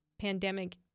pandemic